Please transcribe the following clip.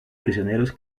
prisioneros